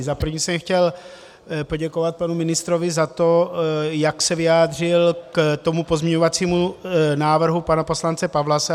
Zaprvé jsem chtěl poděkovat panu ministrovi za to, jak se vyjádřil k pozměňovacímu návrhu pana poslance Pawlase.